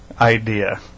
idea